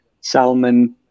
Salman